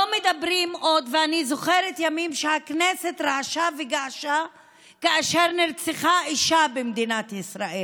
אני זוכרת ימים שהכנסת רעשה וגעשה כאשר נרצחה אישה במדינת ישראל,